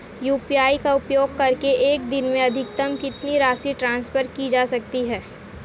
UPI का उपयोग करके एक दिन में अधिकतम कितनी राशि ट्रांसफर की जा सकती है?